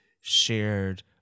shared